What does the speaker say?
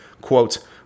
quote